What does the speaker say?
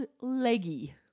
leggy